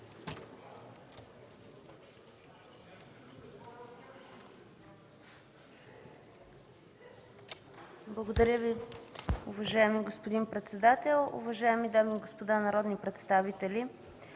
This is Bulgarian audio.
ЦВЕТАНОВ: Уважаеми господин председател, уважаеми дами и господа народни представители!